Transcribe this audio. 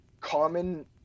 common